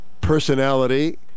personality